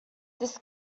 this